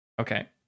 Okay